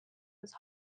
was